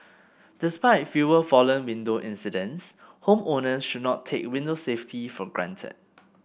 despite fewer fallen window incidents homeowners should not take window safety for granted